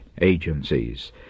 agencies